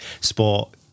sport